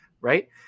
right